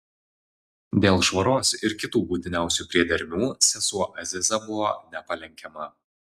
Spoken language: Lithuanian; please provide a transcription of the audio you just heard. dėl švaros ir kitų būtiniausių priedermių sesuo aziza buvo nepalenkiama